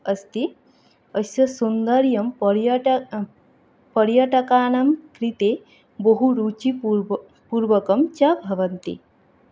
अस्ति अस्य सौन्दर्यं पर्यट पर्यटकानां कृते बहुरुचिपूर्व पूर्वकं च भवन्ति